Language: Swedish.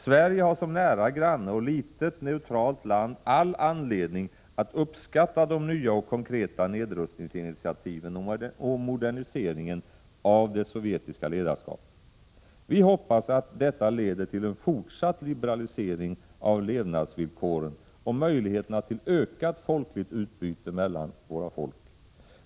Sverige har som nära granne och litet neutralt land all anledning att uppskatta de nya och konkreta nedrustningsinitiativen och moderniseringen av det sovjetiska ledarskapet. Vi hoppas att detta leder till en fortsatt liberalisering av levnadsvillkoren och möjligheterna till ökat folkligt utbyte mellan våra folk.